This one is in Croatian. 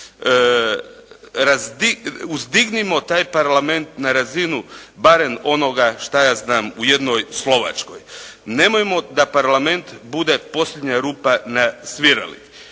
Uzdignimo taj Parlament na razinu barem onoga u jednoj Slovačkoj. Nemojmo da Parlament bude posljednja rupa na svirali.